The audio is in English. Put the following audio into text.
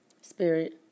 spirit